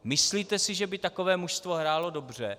Myslíte si, že by takové mužstvo hrálo dobře?